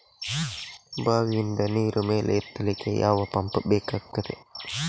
ಬಾವಿಯಿಂದ ನೀರು ಮೇಲೆ ಎತ್ತಲಿಕ್ಕೆ ಯಾವ ಪಂಪ್ ಬೇಕಗ್ತಾದೆ?